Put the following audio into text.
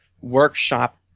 workshop